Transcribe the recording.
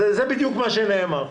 זה בדיוק מה שנאמר.